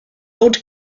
old